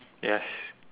yes